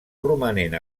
romanent